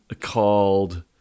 called